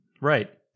Right